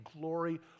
glory